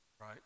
Right